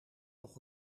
nog